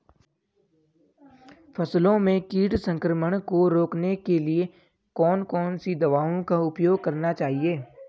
फसलों में कीट संक्रमण को रोकने के लिए कौन कौन सी दवाओं का उपयोग करना चाहिए?